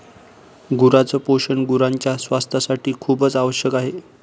गुरांच पोषण गुरांच्या स्वास्थासाठी खूपच आवश्यक आहे